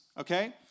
okay